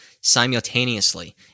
simultaneously